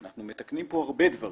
אנחנו מתקנים פה הרבה דברים.